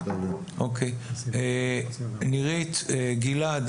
נירית וגלעד.